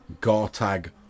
Gartag